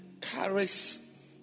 carries